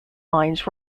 lines